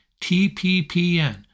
TPPN